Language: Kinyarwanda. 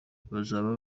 bazaba